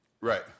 Right